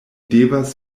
devas